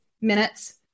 minutes